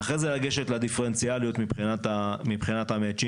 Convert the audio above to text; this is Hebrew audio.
ואחרי זה לגשת לדיפרנציאליות מבינת המצ'ינג.